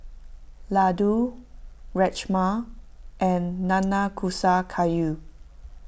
Ladoo Rajma and Nanakusa Gayu